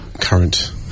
current